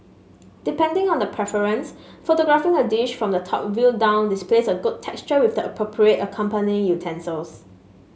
depending on preference photographing a dish from the top view down displays good texture with the appropriate accompanying utensils